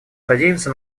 надеемся